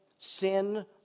sin